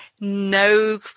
no